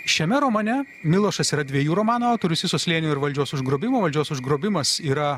šiame romane milošas yra dviejų romanų autorius isos slėnio ir valdžios užgrobimo valdžios užgrobimas yra